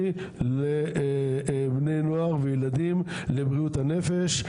C לבני נוער וילדים לבריאות הנפש.